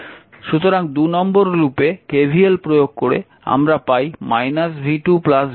সুতরাং 2 নম্বর লুপে KVL প্রয়োগ করে আমরা পাই v2 v3 0